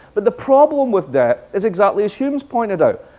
but the problem with debt is exactly as hume's pointed out.